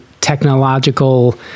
technological